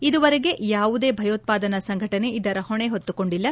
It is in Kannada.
ಇದುವರೆಗೆ ಯಾವುದೇ ಭಯೋತ್ಪಾನಾ ಸಂಘಟನೆ ಇದರ ಹೊಣೆ ಹೊತ್ತುಕೊಂಡಿಲ್ಲ